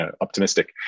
optimistic